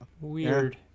weird